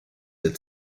der